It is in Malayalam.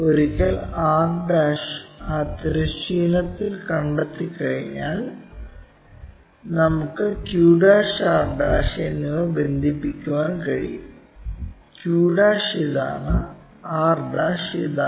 ഒരിക്കൽ r ആ തിരശ്ചീനത്തിൽ കണ്ടെത്തിക്കഴിഞ്ഞാൽ നമുക്ക് q r എന്നിവ ബന്ധിപ്പിക്കാൻ കഴിയും q ഇതാണ് r ഇതാണ്